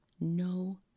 no